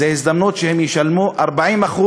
זאת הזדמנות שהם ישלמו 40%,